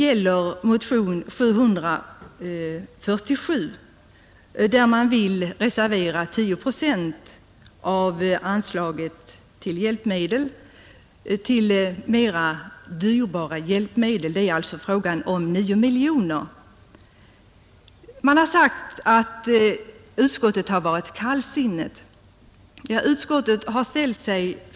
I motion 747 vill man att 10 procent av anslaget till hjälpmedel skall reserveras för dyrbara tekniska hjälpmedel; det är alltså fråga om 9 miljoner kronor. Man har sagt att utskottet har varit kallsinnigt till förslaget.